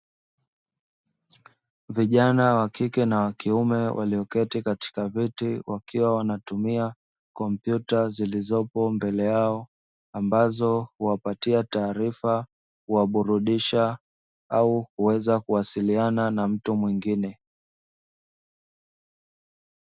Vijana wa kike na wa kiume walioketi katika viti, wakiwa wanatumia kompyuta zilizopo mbele yao ambazo huwapatia taarifa kuwa burudisha au kuweza kuwasiliana na mtu mwingine.